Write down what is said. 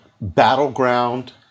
battleground